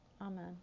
Amen